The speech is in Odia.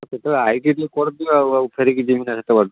ଯେତେବେଳେ ଆଇଛି ଟିକିଏ କରିଦିଅ ଆଉ ଫେରିକି ଯିବିନା ସେତେବାଟ